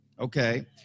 okay